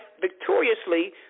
victoriously